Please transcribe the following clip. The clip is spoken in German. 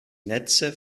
netze